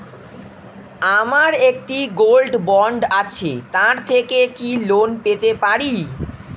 আমার একটি gold bond আছে তার থেকে কি লোন পেতে পারি?